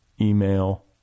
email